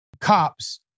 Cops